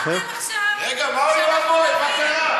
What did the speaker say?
לאפשר לחברת הכנסת שולי מועלם לעלות